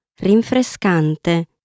rinfrescante